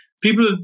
People